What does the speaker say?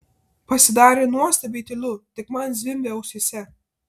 pasidarė nuostabiai tylu tik man zvimbė ausyse